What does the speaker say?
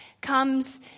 comes